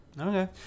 okay